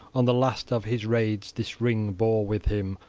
on the last of his raids this ring bore with him,